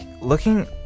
looking